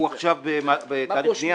הוא עכשיו בתהליך בנייה?